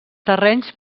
terrenys